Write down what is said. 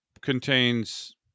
contains